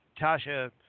Tasha